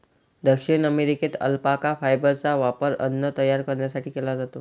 दक्षिण अमेरिकेत अल्पाका फायबरचा वापर अन्न तयार करण्यासाठी केला जातो